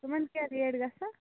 تِمن کیٛاہ ریٹ گَژھان